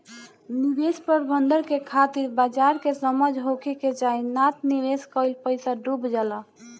निवेश प्रबंधन के खातिर बाजार के समझ होखे के चाही नात निवेश कईल पईसा डुब जाला